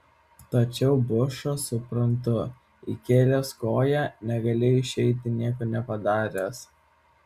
tačiau bušą suprantu įkėlęs koją negali išeiti nieko nepadaręs